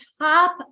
top